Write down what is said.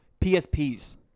PSPs